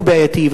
הוא בעייתי.